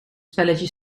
spelletje